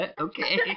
okay